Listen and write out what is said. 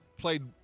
played